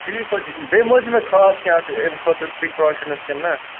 ٹھیٖک حظ چھُ بیٚیہِ مہٕ حظ چھُ مےٚ خاص کیٚنٛہہ اَتھ اَمۍ خٲطرٕ پِرٛکاشنٕس کِن نَہ